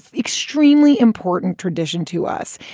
extremely important tradition to us.